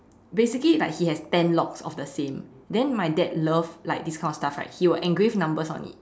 basically like he has ten locks of the same then my dad love like this kind of stuff right he will engrave numbers on it